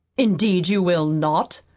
indeed you will not!